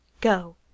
go